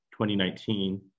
2019